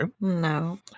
No